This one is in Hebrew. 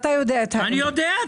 אני יודע.